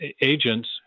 agents